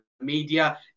media